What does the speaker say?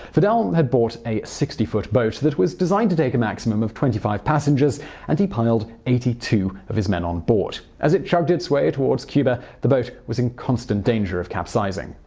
fidel had bought a sixty foot boat that was designed to take a maximum of twenty five passengers and piled eighty two of his men onboard. as it chugged its way toward cub, ah the boat was in constant danger of capsizing.